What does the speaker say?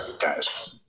guys